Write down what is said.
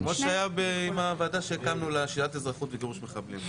כמו שהיה עם הוועדה שהקמנו לשלילת אזרחות וגירוש מחבלים.